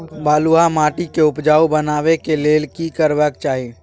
बालुहा माटी के उपजाउ बनाबै के लेल की करबा के चाही?